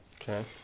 Okay